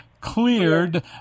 cleared